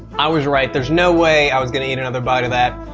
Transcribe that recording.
i was right. there's no way i was gonna eat another bite of that.